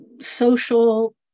Social